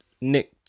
Nick